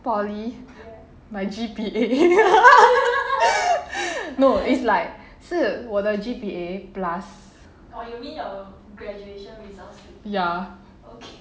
poly my G_P_A no it's like 是我的 G_P_A plus ya